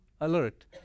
alert